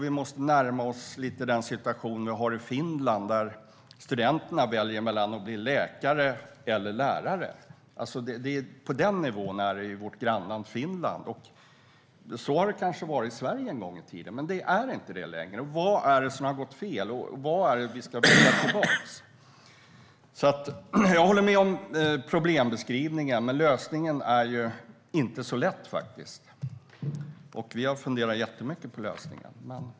Vi måste närma oss lite den situation man har i Finland där studenterna väljer mellan att bli läkare och att bli lärare. På den nivån är det i vårt grannland Finland. Så har det kanske varit i Sverige en gång i tiden. Men det är inte det längre. Vad är det som har gått fel? Vad är det som vi ska försöka få tillbaka? Jag håller med om problembeskrivningen. Men lösningen är inte så lätt. Vi har funderat jättemycket på lösningen.